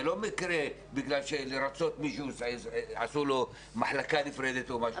זה לא מקרה שבשביל לרצות מישהו עשו לו מחלקה נפרדת או משהו כזה.